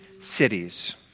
cities